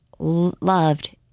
loved